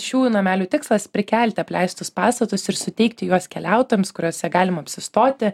šių namelių tikslas prikelti apleistus pastatus ir suteikti juos keliautojams kuriuose galima apsistoti